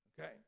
Okay